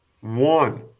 One